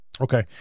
Okay